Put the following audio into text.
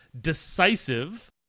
decisive